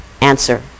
answer